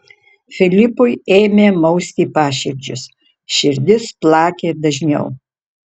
filipui ėmė mausti paširdžius širdis plakė dažniau